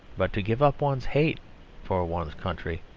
but to give up one's hate for one's country,